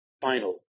final